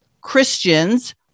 Christians